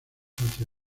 hacia